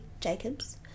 Jacobs